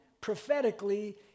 prophetically